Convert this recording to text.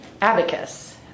Abacus